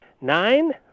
nine